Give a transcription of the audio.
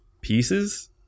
pieces